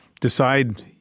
decide